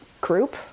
group